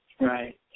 Right